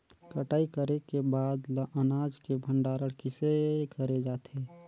कटाई करे के बाद ल अनाज के भंडारण किसे करे जाथे?